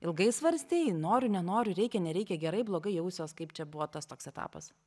ilgai svarstei noriu nenoriu reikia nereikia gerai blogai jausiuos kaip čia buvo tas toks etapas